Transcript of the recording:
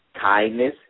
kindness